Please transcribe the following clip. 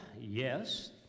yes